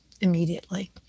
immediately